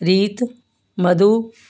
ਰੀਤ ਮਧੂ